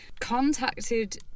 contacted